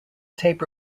tape